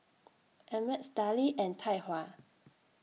Ameltz Darlie and Tai Hua